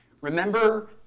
remember